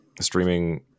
Streaming